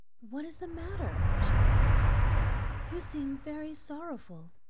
what is the matter? she said in the kindest way. you seem very sorrowful.